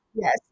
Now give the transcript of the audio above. Yes